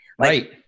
Right